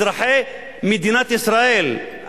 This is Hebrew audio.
אזרחי מדינת ישראל,